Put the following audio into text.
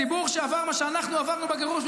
ציבור שעבר מה שאנחנו עברנו בגירוש,